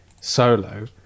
solo